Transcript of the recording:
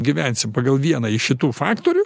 gyvensim pagal vieną iš šitų faktorių